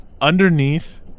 Underneath